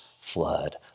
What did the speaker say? flood